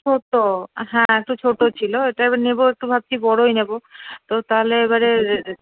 ছোট হ্যাঁ তো ছোট ছিলো এটা এবার নেবো একটু ভাবছি বড়ই নেবো তো তাহলে এবারে